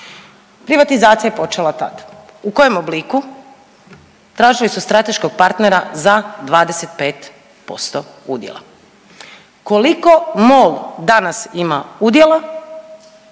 Privatizacija je počela tad. U kojem obliku? Tražili su strateškog partnera za 25% udjela. Koliko MOL danas ima udjela?